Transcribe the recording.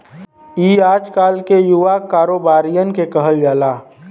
ई आजकल के युवा कारोबारिअन के कहल जाला